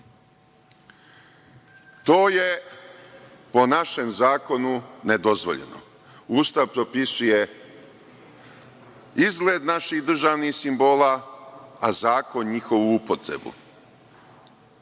To je po našem zakonu nedozvoljeno. Ustav propisuje izgled naših državnih simbola, a zakon njihovu upotrebu. Dolazimo